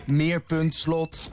meerpuntslot